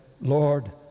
Lord